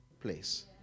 place